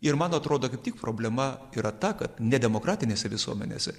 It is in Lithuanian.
ir man atrodo kaip tik problema yra ta kad nedemokratinėse visuomenėse